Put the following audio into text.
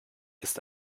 ist